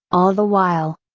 all the while.